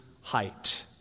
height